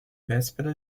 véspera